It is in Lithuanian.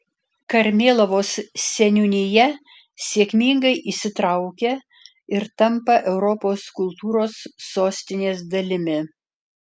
karmėlavos seniūnija sėkmingai įsitraukia ir tampa europos kultūros sostinės dalimi